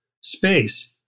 space